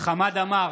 חמד עמאר,